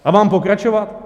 A mám pokračovat?